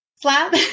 Slab